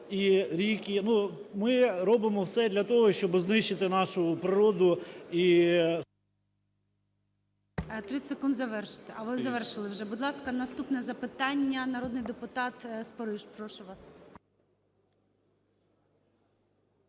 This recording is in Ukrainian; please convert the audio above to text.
ми робимо все для того, щоб знищити нашу природу